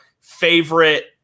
favorite